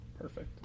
perfect